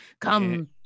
come